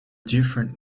different